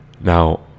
Now